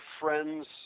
friends